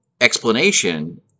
explanation